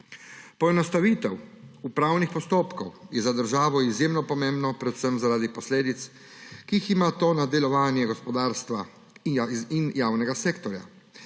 Poenostavitev upravnih postopkov je za državo izjemno pomembno predvsem zaradi posledic, ki jih ima le-ta na delovanje gospodarstva in javnega sektorja.